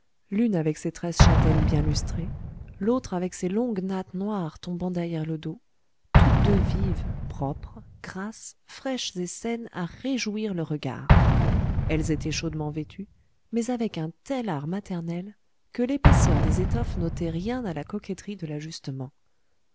l'une avec ses tresses châtaines bien lustrées l'autre avec ses longues nattes noires tombant derrière le dos toutes deux vives propres grasses fraîches et saines à réjouir le regard elles étaient chaudement vêtues mais avec un tel art maternel que l'épaisseur des étoffes n'ôtait rien à la coquetterie de l'ajustement